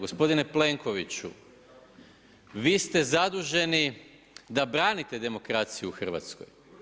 Gospodine Plenkoviću vi ste zaduženi da branite demokraciju u Hrvatskoj.